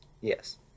Yes